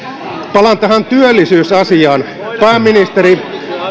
palaan tähän työllisyysasiaan pääministeri